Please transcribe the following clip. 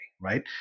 right